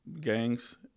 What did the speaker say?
gangs